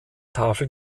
tafel